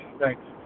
thanks